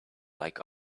like